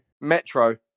Metro